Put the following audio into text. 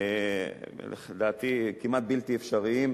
לדעתי, כמעט בלתי אפשריים.